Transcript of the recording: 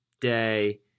Day